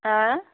हा